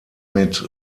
mit